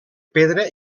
pedra